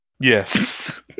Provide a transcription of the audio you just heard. Yes